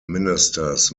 ministers